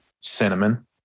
Cinnamon